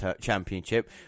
Championship